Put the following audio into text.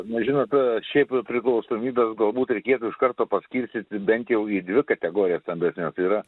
na žinot šiaip priklausomybes galbūt reikėtų iš karto paskirstyti bent jau į dvi kategorijas stambesnes tai yra